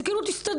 זה כאילו "תסתדרו.